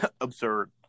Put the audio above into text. Absurd